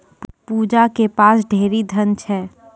पूजा के पास ढेरी धन छै